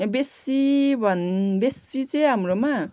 बेसी भन्नु बेसी चाहिँ हाम्रोमा